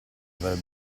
avrebbe